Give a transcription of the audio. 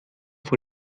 vor